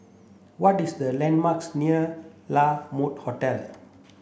what is the landmarks near La Mode Hotel